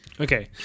Okay